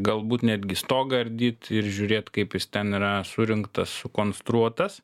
galbūt netgi stogą ardyt ir žiūrėt kaip jis ten yra surinktas sukonstruotas